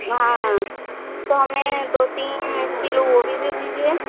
हाँ तो हमें दो तीन किलो वह भी दे दीजिए